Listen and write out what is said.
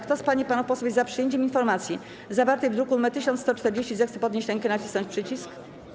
Kto z pań i panów posłów jest za przyjęciem informacji zawartej w druku nr 1140, zechce podnieść rękę i nacisnąć przycisk.